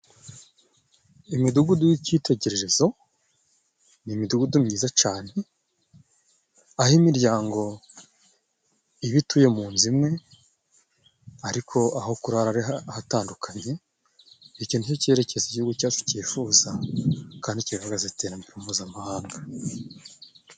Imidugudu y'icitegererezo ni imidugudu myiza cane, aho imiryango iba ituye mu nzu imwe ariko aho kurara ahatandukanye. Ico nico cerekezo igihugu cyacu cyifuza kandi kivuga iterambere mpuzamahanga.